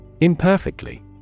Imperfectly